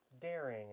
daring